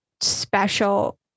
special